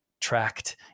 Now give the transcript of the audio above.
tracked